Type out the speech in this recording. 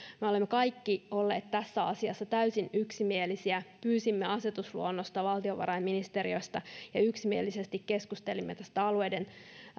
me olemme kaikki olleet tässä asiassa täysin yksimielisiä pyysimme asetusluonnosta valtiovarainministeriöstä ja ja yksimielisesti keskustelimme tästä